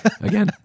Again